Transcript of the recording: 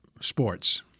sports